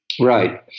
Right